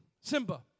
Simba